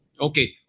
Okay